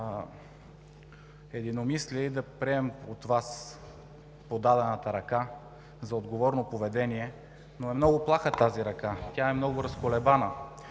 единомислие и да приемем подадената от Вас ръка, за отговорно поведение, но е много плаха тази ръка, тя е много разколебана.